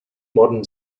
modern